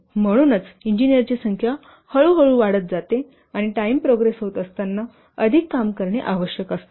म्हणूनच इंजिनीअरची संख्या हळूहळू वाढत जाते आणि टाईम प्रोग्रेस होत असताना अधिक काम करणे आवश्यक असते